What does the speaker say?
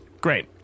Great